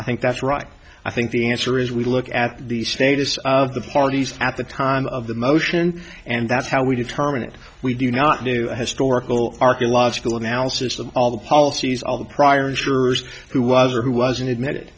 i think that's right i think the answer is we look at the status of the parties at the time of the motion and that's how we determine that we do not do historical archeological analysis of all the policies all the prior insurers who was or who wasn't admitted